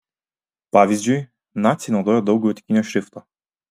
pavyzdžiui naciai naudojo daug gotikinio šrifto